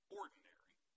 ordinary